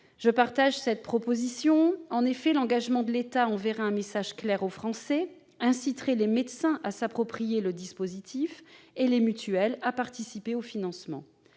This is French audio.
je partage. En effet, par son engagement, l'État enverrait un message clair aux Français, inciterait les médecins à s'approprier le dispositif, et les mutuelles à participer au financement.